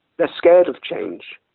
they're scared of change.